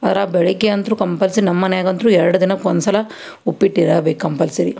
ಆದ್ರ ಬೆಳಗ್ಗೆ ಅಂತು ಕಂಪಲ್ಸರಿ ನಮ್ಮ ಮನೆಗಂತು ಎರಡು ದಿನಕ್ಕೆ ಒಂದು ಸಲ ಉಪ್ಪಿಟ್ಟು ಇರಬೇಕು ಕಂಪಲ್ಸರಿ